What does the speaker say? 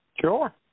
Sure